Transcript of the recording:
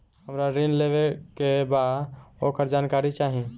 हमरा ऋण लेवे के बा वोकर जानकारी चाही